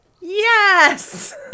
Yes